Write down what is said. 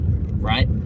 right